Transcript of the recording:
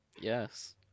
Yes